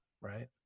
right